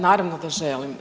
Naravno da želim.